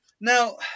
Now